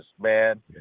man